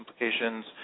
implications